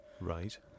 Right